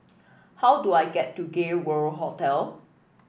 how do I get to Gay World Hotel